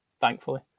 thankfully